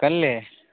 अकेले